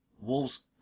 wolves